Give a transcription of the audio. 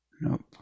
Nope